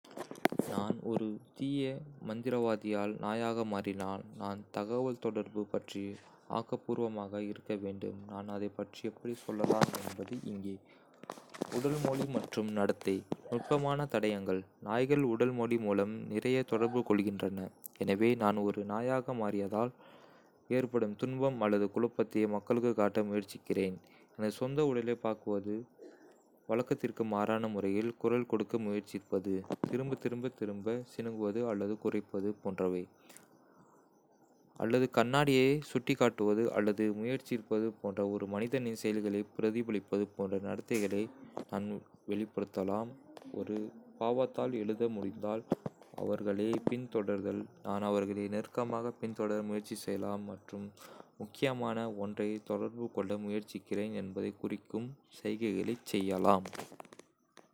நான் ஒரு தீய மந்திரவாதியால் நாயாக மாறினால், நான் தகவல்தொடர்பு பற்றி ஆக்கப்பூர்வமாக இருக்க வேண்டும். நான் அதைப் பற்றி எப்படிச் செல்லலாம் என்பது இங்கே. உடல் மொழி மற்றும் நடத்தை. நுட்பமான தடயங்கள் நாய்கள் உடல் மொழி மூலம் நிறைய தொடர்பு கொள்கின்றன, எனவே நான் ஒரு நாயாக மாறியதால் ஏற்படும் துன்பம் அல்லது குழப்பத்தை மக்களுக்கு காட்ட முயற்சிக்கிறேன். எனது சொந்த உடலைப் பாக்குவது, வழக்கத்திற்கு மாறான முறையில் குரல் கொடுக்க முயற்சிப்பது (திரும்பத் திரும்பத் திரும்ப சிணுங்குவது அல்லது குரைப்பது போன்றவை) அல்லது கண்ணாடியை சுட்டிக்காட்டுவது அல்லது முயற்சிப்பது போன்ற ஒரு மனிதனின் செயல்களைப் பிரதிபலிப்பது போன்ற நடத்தைகளை நான் வெளிப்படுத்தலாம். ஒரு பாதத்தால் எழுத முடிந்தால். அவர்களைப் பின்தொடர்தல் நான் அவர்களை நெருக்கமாகப் பின்தொடர முயற்சி செய்யலாம் மற்றும் முக்கியமான ஒன்றைத் தொடர்புகொள்ள முயற்சிக்கிறேன் என்பதைக் குறிக்கும் சைகைகளைச் செய்யலாம்.